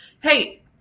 hey